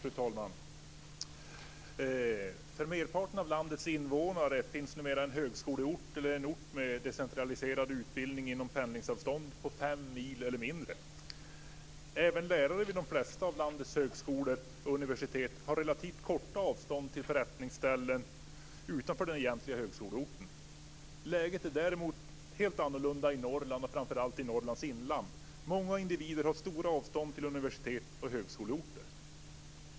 Fru talman! För merparten av landets invånare finns numera en högskoleort eller en ort med decentraliserad utbildning inom pendlingsavstånd på fem mil eller mindre. Även lärare vid de flesta av landets högskolor och universitet har relativt korta avstånd till förrättningsställen utanför den egentliga högskoleorten. Läget är däremot helt annorlunda i Norrland och framför allt i Norrlands inland. Många individer har stora avstånd till universitet och högskoleorter.